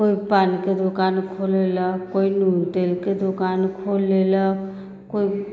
केओ पानके दोकान खोल लेलक केओ नून तेलके दोकान खोल लेलक केओ